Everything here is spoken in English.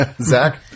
Zach